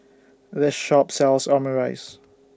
This Shop sells Omurice